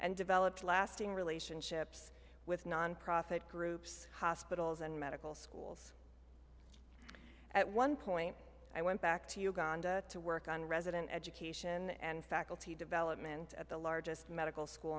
and developed lasting relationships with nonprofit groups hospitals and medical schools at one point i went back to uganda to work on resident education and faculty development at the largest medical school